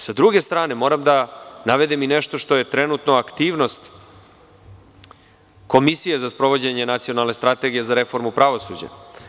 S druge strane, moram da navedem i nešto što je trenutno aktivnost Komisije za sprovođenje nacionalne strategije za reformu pravosuđa.